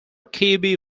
kirby